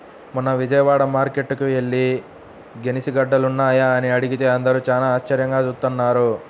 మొన్న విజయవాడ మార్కేట్టుకి యెల్లి గెనిసిగెడ్డలున్నాయా అని అడిగితే అందరూ చానా ఆశ్చర్యంగా జూత్తన్నారు